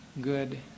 good